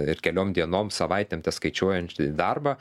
ir keliom dienom savaitėm teskaičiuojantį darbą